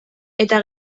eta